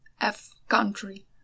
F-country